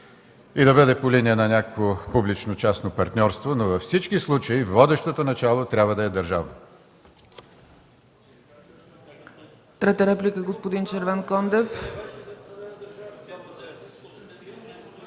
и да бъде по линия на някакво публично-частно партньорство, но във всички случаи водещото начало трябва да е държавно.